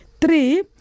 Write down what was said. Three